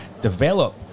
develop